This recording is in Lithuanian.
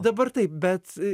dabar taip bet